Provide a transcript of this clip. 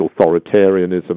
authoritarianism